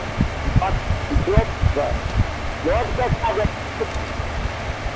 vote तऽ